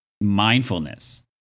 mindfulness